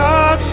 God